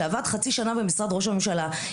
שעבר חצי שנה במשרד ראש הממשלה,